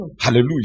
Hallelujah